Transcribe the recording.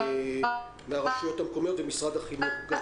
מן הרשויות המקומיות ואת נציגי משרד החינוך גם